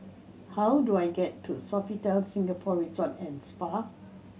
how do I get to Sofitel Singapore Resort and Spa